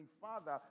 father